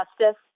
justice